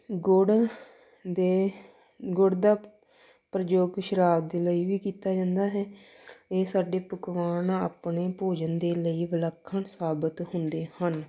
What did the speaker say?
ਗੁੜ ਦੇ ਗੁੜ ਦਾ ਪ੍ਰਯੋਗ ਸ਼ਰਾਬ ਦੇ ਲਈ ਵੀ ਕੀਤਾ ਜਾਂਦਾ ਹੈ ਇਹ ਸਾਡੇ ਪਕਵਾਨ ਆਪਣੇ ਭੋਜਨ ਦੇ ਲਈ ਵਿਲੱਖਣ ਸਾਬਿਤ ਹੁੰਦੇ ਹਨ